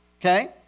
Okay